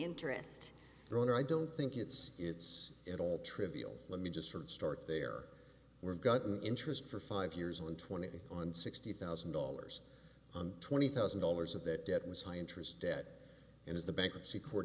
interests of their own i don't think it's it's at all trivial let me just sort of start there were gotten interest for five years on twenty on sixty thousand dollars twenty thousand dollars of that debt was high interest debt and as the bankruptcy court